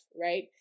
right